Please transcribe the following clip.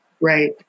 Right